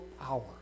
power